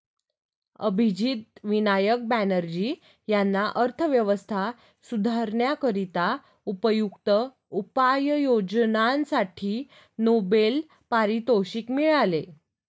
अभिजित विनायक बॅनर्जी यांना अर्थव्यवस्था सुधारण्याकरिता उपयुक्त उपाययोजनांसाठी नोबेल पारितोषिक मिळाले